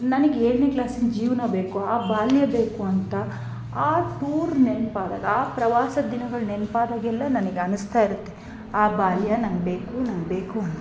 ನನಗ್ ಏಳನೇ ಕ್ಲಾಸಿನ ಜೀವನ ಬೇಕು ಆ ಬಾಲ್ಯ ಬೇಕು ಅಂತ ಆ ಟೂರ್ ನೆನಪಾದಾಗ ಆ ಪ್ರವಾಸದ ದಿನಗಳು ನೆನಪಾದಾಗೆಲ್ಲ ನನಗೆ ಅನಿಸ್ತಾ ಇರುತ್ತೆ ಆ ಬಾಲ್ಯ ನಂಗೆಬೇಕು ನಂಗೆಬೇಕು ಅಂತ